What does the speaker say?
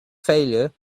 failure